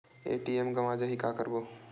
ATM गवां जाहि का करबो?